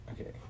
Okay